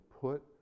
put